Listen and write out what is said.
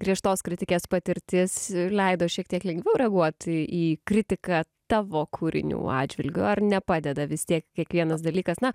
būta griežtos kritikės patirtis leido šiek tiek lengviau reaguot į į kritiką tavo kūrinių atžvilgiu ar nepadeda vis tiek kiekvienas dalykas na